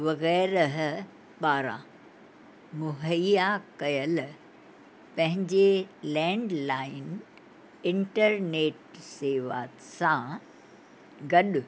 वग़ैरह ॿारहं मुहैया कयल पंहिंजे लैंडलाइन इंटरनेट शेवा सां गॾु